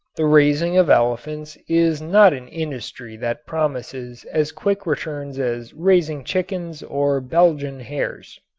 the raising of elephants is not an industry that promises as quick returns as raising chickens or belgian hares.